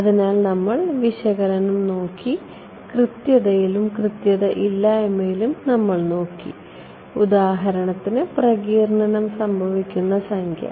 അതിനാൽ നമ്മൾ വിശകലനം നോക്കി കൃത്യതയിലും കൃത്യത ഇല്ലായ്മയിലും നമ്മൾ നോക്കി ഉദാഹരണത്തിന് പ്രകീർണനം സംഭവിക്കുന്ന സംഖ്യ